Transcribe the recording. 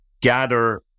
gather